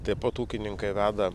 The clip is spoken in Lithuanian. taip pat ūkininkai veda